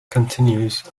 continues